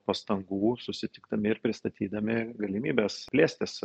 pastangų susitikdami ir pristatydami galimybes plėstis